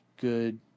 good